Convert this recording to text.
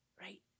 Right